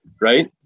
right